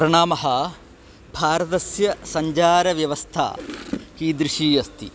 प्रणामः भारतस्य सञ्चारव्यवस्था कीदृशी अस्ति